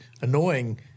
annoying